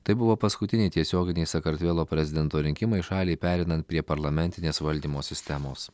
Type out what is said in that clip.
tai buvo paskutiniai tiesioginiai sakartvelo prezidento rinkimai šaliai pereinant prie parlamentinės valdymo sistemos